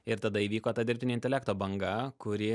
ir tada įvyko ta dirbtinio intelekto banga kuri